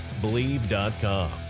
believe.com